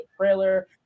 trailer